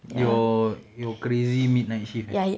your your crazy midnight shift eh